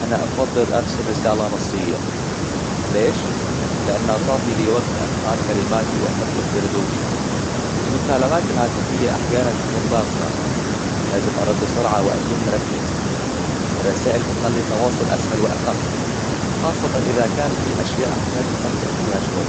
أنا أفضل أرسل رسالة نصيه. ليش؟ لأنها تعطي لي وقت أختار كلماتي وأفكر في ردودي. المكالمات الهايفيه أحياناً تكون ضاغطة. لازم أرد بسرعة وأكون مركز. الرسائل تخلي التواصل أسهل وأخف. خاصةً إذا كان في أشياء أحتاج أفكر فيها شوي.